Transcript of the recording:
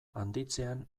handitzean